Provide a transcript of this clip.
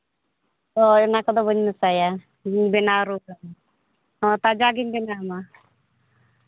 ᱦᱳᱭ ᱚᱱᱟ ᱠᱚᱫᱚ ᱵᱟᱹᱧ ᱢᱮᱥᱟᱭᱟ ᱦᱮᱸ ᱵᱮᱱᱟᱣ ᱨᱩᱣᱟᱹᱲᱟ ᱦᱮᱸ ᱛᱟᱡᱟ ᱜᱮᱧ ᱵᱮᱱᱟᱣ ᱟᱢᱟ